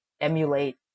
emulate